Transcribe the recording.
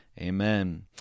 Amen